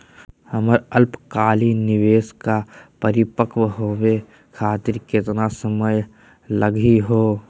हमर अल्पकालिक निवेस क परिपक्व होवे खातिर केतना समय लगही हो?